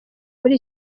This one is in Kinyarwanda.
muri